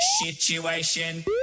Situation